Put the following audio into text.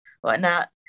whatnot